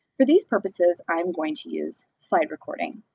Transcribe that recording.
for these purposes, i'm going to use slide recording.